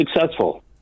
successful